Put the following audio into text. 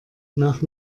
nach